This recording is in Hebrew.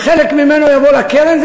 וחלק ממנו יבוא לקרן,